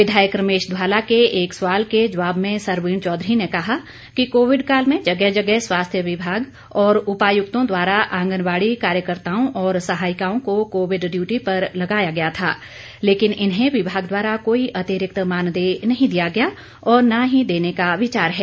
विधायक रमेश धवाला के एक सवाल के जवाब में सरवीन चौधरी ने कहा कि कोविडकाल में जगह जगह स्वास्थ्य विभाग और उपायुक्तों द्वारा आंगनबाड़ी कार्यकर्ताओं और सहायिकाओं को कोविड ड्यूटी पर लगाया गया था लेकिन इन्हें विभाग द्वारा कोई अतिरिक्त मानदेय नहीं दिया गया और न ही देने का विचार है